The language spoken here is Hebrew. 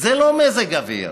זה לא מזג אוויר,